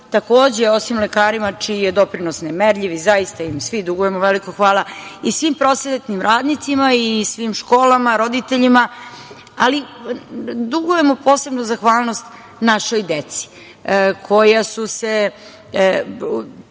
takođe, osim lekarima čiji je doprinos nemerljiv i zaista im svi dugujemo veliko hvala, i svim prosvetnim radnicima i svim školama, roditeljima, ali dugujemo posebnu zahvalnost našoj deci, koja su se